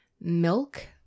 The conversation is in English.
Milk